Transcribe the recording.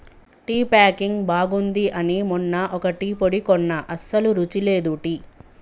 tea packing బాగుంది అని మొన్న ఒక టీ పొడి కొన్న అస్సలు రుచి లేదు టీ